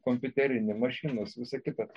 kompiuterinė mašinos visa kita